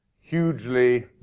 hugely